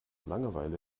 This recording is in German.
langeweile